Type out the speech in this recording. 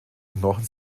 knochen